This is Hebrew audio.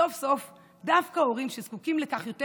וסוף-סוף דווקא הורים שזקוקים לכך יותר